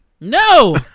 No